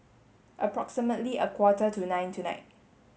approximately a quarter to nine tonight